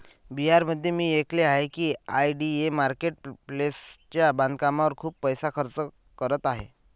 बिहारमध्ये मी ऐकले आहे की आय.डी.ए मार्केट प्लेसच्या बांधकामावर खूप पैसा खर्च करत आहे